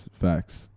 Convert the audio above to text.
Facts